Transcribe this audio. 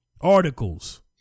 articles